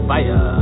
Fire